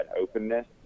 openness